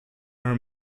her